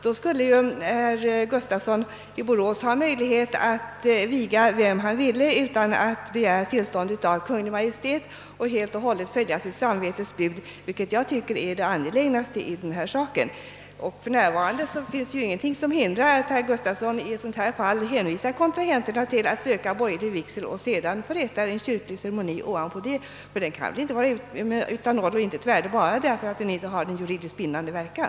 Då skulle ju herr Gustafsson i Borås ha möjlighet att viga vem han ville utan att begära tillstånd av Kungl. Maj:t och helt och hållet kunna följa sitt samvetes bud, vilket jag tycker är det angelägnaste i denna sak. För närvarande finns det ju ingenting som hindrar att herr Gustafsson i ett sådant fall hänvisar kontrahenterna till borgerlig vigsel och sedan förrättar en kyrklig ceremoni ovanpå den; den kan väl inte vara av noll och intet värde bara därför att den inte har juridiskt bindande verkan?